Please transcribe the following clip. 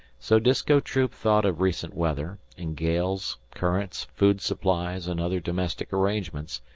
so disko troop thought of recent weather, and gales, currents, food-supplies, and other domestic arrangements,